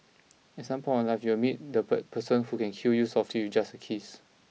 at some point you will meet that per person who can kill you softly just a kiss